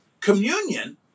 Communion